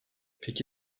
peki